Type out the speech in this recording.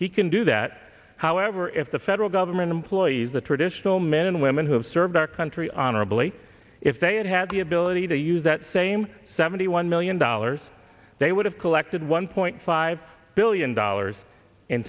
he can do that however if the federal government employees the traditional men and women who have served our country honorably if they had had the ability to use that same seventy one million dollars they would have collected one point five billion dollars in